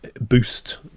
boost